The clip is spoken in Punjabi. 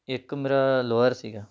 ਇੱਕ ਮੇਰਾ ਲੋਅਰ ਸੀਗਾ